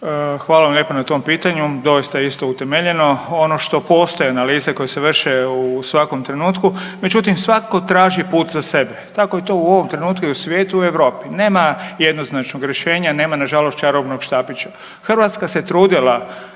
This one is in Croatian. Hvala vam lijepo na tom pitanju, doista je isto utemeljeno. Ono što postoje analize koje se vrše u svakom trenutku, međutim svatko traži put za sebe tako je to u ovom trenutku i u svijetu i u Europi. Nema jednoznačnog rješenja, nema nažalost čarobnog štapića. Hrvatska se trudila